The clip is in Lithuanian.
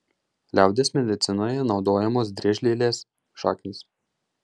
liaudies medicinoje naudojamos driežlielės šaknys